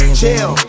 chill